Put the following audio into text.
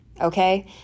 Okay